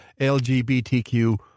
LGBTQ